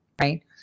right